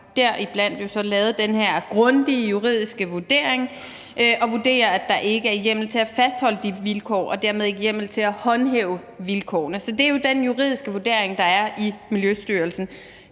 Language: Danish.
har bl.a. lavet den her grundige juridiske vurdering, hvor de vurderer, at der ikke er hjemmel til at fastholde de vilkår og dermed ikke hjemmel til at håndhæve vilkårene. Så det er jo den juridiske vurdering, der er i Miljøstyrelsen.